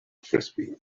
frisbee